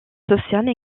sociale